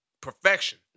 perfection